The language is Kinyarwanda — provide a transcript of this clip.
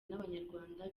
n’abanyarwanda